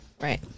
Right